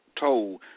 told